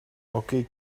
okay